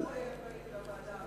צריך לראות בוועדה.